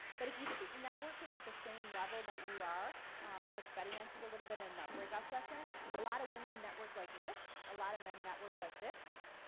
but if you keep networking at the same level that you are which betty mentioned a little bit in the breakout session a lot of women network like this, a lot of men network like this.